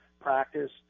practice